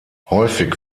häufig